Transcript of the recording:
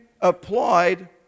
applied